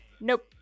Nope